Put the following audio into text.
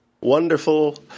Wonderful